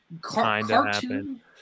cartoon